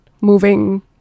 moving